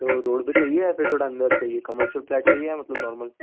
तो रोड पर चाहिए या फिर थोड़ा अंदर चाहिए कमर्शियल फ्लैट चाहिए या मतलब नार्मल